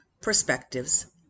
perspectives